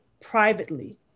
privately